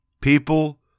People